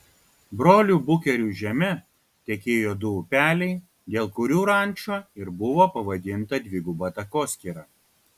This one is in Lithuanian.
brolių bukerių žeme tekėjo du upeliai dėl kurių ranča ir buvo pavadinta dviguba takoskyra